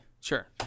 Sure